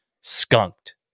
Skunked